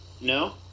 No